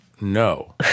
No